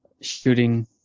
shooting